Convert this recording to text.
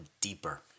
deeper